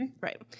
Right